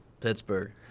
Pittsburgh